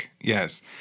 Yes